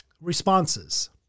responses